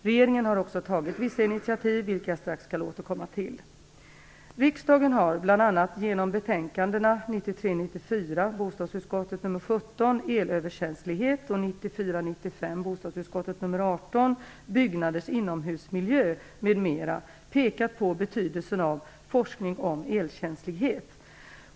Regeringen har också tagit vissa initiativ, vilka jag strax skall återkomma till.